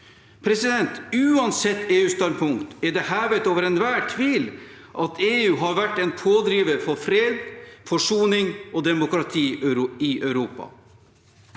i Europa. Uansett EU-standpunkt er det hevet over enhver tvil at EU har vært en pådriver for fred, forsoning og demokrati i Europa.